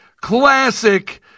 classic